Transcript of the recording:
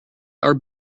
our